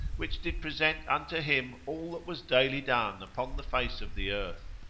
which did present unto him all that was daily done upon the face of the earth,